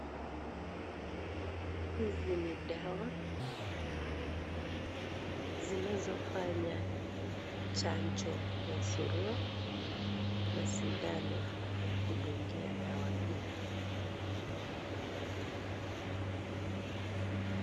Hizi ni dawa zinazofanya kwa chanjo ya suluhu, na sindano ya kudungia dawa hii.